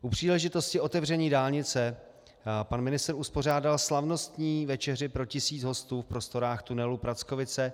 U příležitosti otevření dálnice pan ministr uspořádal slavnostní večeři pro tisíc hostů v prostorách tunelu Prackovice a Radejčín.